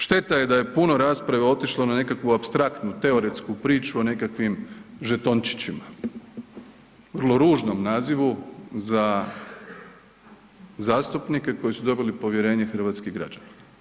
Šteta je da je puno rasprave otišlo na nekakvu apstraktnu teoretsku priču o nekakvim žetončićima, vrlo ružnom nazivu za zastupnike koji su dobili povjerenje hrvatskih građana.